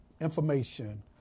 information